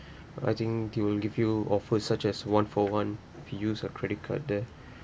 I think they will give you offer such as one for one for use a credit card there